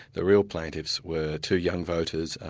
the real plaintiffs were two young voters, ah